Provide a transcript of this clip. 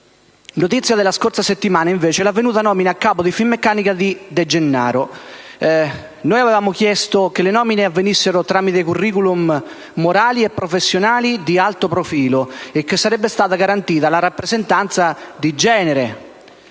Notizia della scorsa settimana è l'avvenuta nomina a capo di Finmeccanica di Gianni De Gennaro. Noi avevamo chiesto che le nomine avvenissero tramite *curricula* morali e professionali di alto profilo e che fosse garantita la rappresentanza di genere.